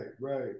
right